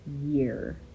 year